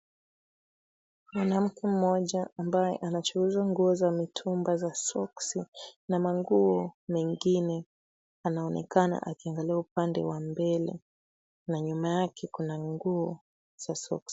Mwanamke mmoja ambaye anachuuza nguo za mitumba za soksi na manguo mengine anaonekana akiangalia upande wa mbele na nyuma yake kuna nguo za soksi.